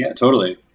yeah totally.